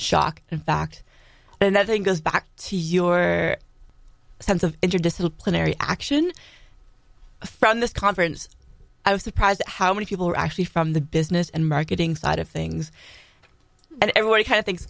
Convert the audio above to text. shock in fact and the thing goes back to your sense of interdisciplinary action from this conference i was surprised at how many people are actually from the business and marketing side of things and everybody kind of thinks